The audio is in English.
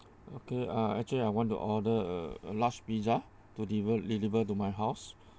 okay uh actually I want to order a a large pizza to deliver deliver to my house